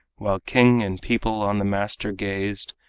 while king and people on the master gazed,